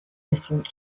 different